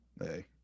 Hey